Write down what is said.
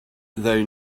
they